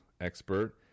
expert